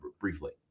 briefly